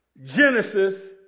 Genesis